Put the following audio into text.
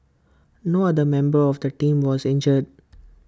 no other member of the team was injured